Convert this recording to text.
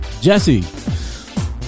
Jesse